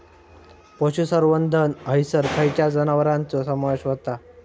पशुसंवर्धन हैसर खैयच्या जनावरांचो समावेश व्हता?